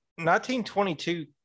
1922